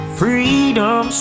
freedom